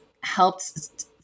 helped